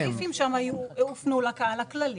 --- בריפים שהופנו לקהל הכללי,